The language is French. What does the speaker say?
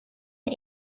est